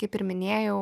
kaip ir minėjau